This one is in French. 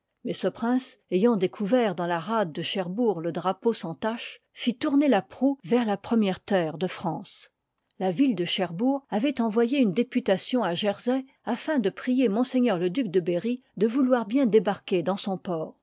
mais ceprince ayant découvert dans la rade de cherbourg le drapeau sans tache fit tourner la proue vers la première terre de ii pant france la ville de cherbourg avoit envoyé une députation à jersey afin de prier m le duc de rerry de vouloir bien débarquer dans son port